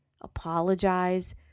apologize